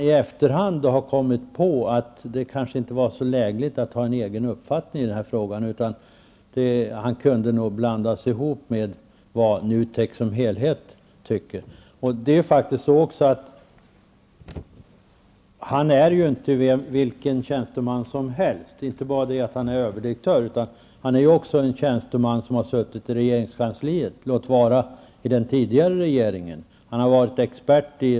I efterhand har han kommit på att det kanske inte var så lägligt att ha en egen uppfattning i denna fråga utan att den nog kunde blandas ihop med vad NUTEK som helhet anser. Denna generaldirektör är inte heller vilken tjänsteman som helst. Han är inte bara överdirektör. Han är också en tjänsteman som har suttit i regeringskansliet, låt vara att det var under den tidigare regeringen.